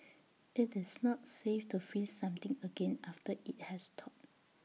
IT is not safe to freeze something again after IT has thawed